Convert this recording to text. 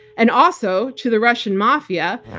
and also to the russian mafia,